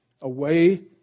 away